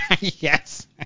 Yes